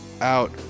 out